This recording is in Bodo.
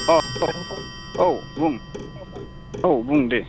अ औ औ बुं औ बुं दे